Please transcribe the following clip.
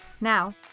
Now